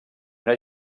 una